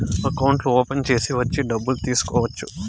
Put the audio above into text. అకౌంట్లు ఓపెన్ చేసి వచ్చి డబ్బులు తీసుకోవచ్చు